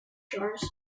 jars